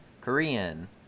Korean